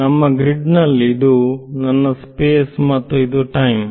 ನಮ್ಮ ಗ್ರಿಡ್ ನಲ್ಲಿ ಇದು ನನ್ನ ಸ್ಪೇಸ್ ಮತ್ತು ಇದು ಟೈಮ್